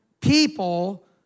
people